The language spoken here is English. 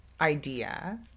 idea